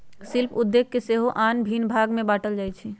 शिल्प उद्योग के सेहो आन भिन्न भाग में बाट्ल जाइ छइ